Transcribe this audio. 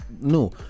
No